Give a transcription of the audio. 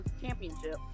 championship